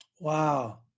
Wow